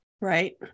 right